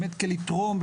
אנחנו באים לתרום,